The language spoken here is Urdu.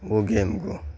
وہ گیم کو